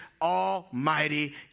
almighty